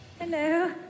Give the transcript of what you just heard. Hello